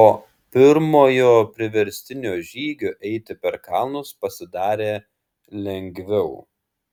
po pirmojo priverstinio žygio eiti per kalnus pasidarė lengviau